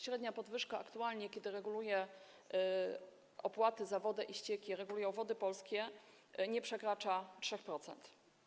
Średnia podwyżka aktualnie, kiedy opłaty za wodę i ścieki regulują Wody Polskie, nie przekracza 3%.